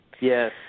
Yes